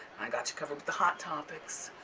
i got you covered with the hot topics.